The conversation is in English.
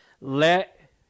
Let